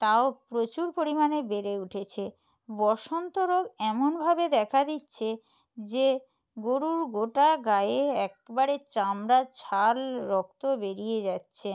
তাও প্রচুর পরিমাণে বেড়ে উঠেছে বসন্ত রোগ এমনভাবে দেখা দিচ্ছে যে গোরুর গোটা গায়ে একবারে চামড়া ছাল রক্ত বেরিয়ে যাচ্ছে